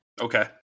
okay